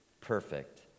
perfect